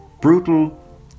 brutal